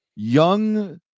Young